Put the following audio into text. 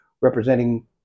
representing